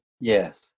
Yes